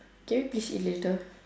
can we please eat later